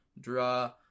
draw